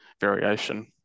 variation